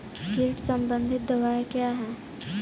कीट संबंधित दवाएँ क्या हैं?